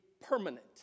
permanent